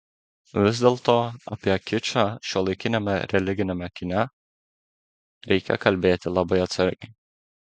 vis dėlto apie kičą šiuolaikiniame religiniame kine reikia kalbėti labai atsargiai